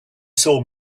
saw